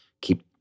keep